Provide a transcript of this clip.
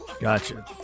Gotcha